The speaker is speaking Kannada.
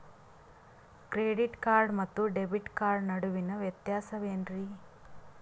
ಕ್ರೆಡಿಟ್ ಕಾರ್ಡ್ ಮತ್ತು ಡೆಬಿಟ್ ಕಾರ್ಡ್ ನಡುವಿನ ವ್ಯತ್ಯಾಸ ವೇನ್ರೀ?